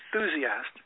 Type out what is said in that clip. enthusiast